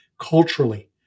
culturally